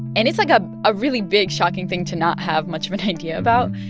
and it's, like, a ah really big, shocking thing to not have much of an idea about